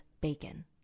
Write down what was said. bacon